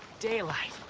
daylight!